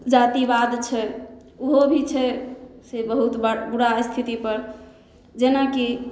जातिवाद छै उहो भी छै से बहुत बार बुरा स्थिति पर जेनाकि